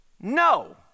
no